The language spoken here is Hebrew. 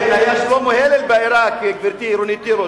כן, היה שלמה הלל בעירק, גברתי רונית תירוש.